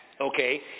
okay